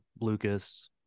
Lucas